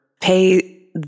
pay